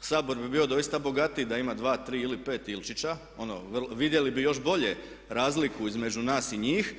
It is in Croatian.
Sabor bi bio doista bogatiji da ima 2, 3 ili 5 Ilčića, ono vidjeli bi još bolje razliku između nas i njih.